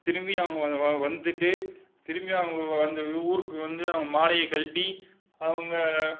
திரும்பியும் அவங்க வ வ வந்துவிட்டு திரும்பி அவங்க வந்து ஊருக்கு வந்து அவங்க மாலையை கழட்டி அவங்க